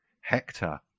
Hector